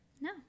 No